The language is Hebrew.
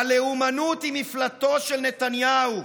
הלאומנות היא מפלטו של נתניהו.